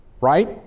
right